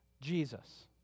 Jesus